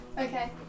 Okay